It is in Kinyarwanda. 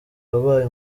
wabaye